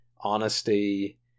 honesty